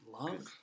love